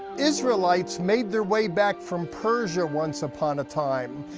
israelites made their way back from persia once upon a time,